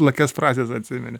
lakias frazes atsimeni